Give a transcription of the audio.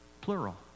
plural